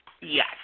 Yes